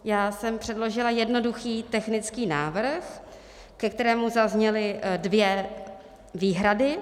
Já jsem předložila jednoduchý technický návrh, ke kterému zazněly dvě výhrady.